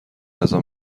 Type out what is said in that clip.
غذا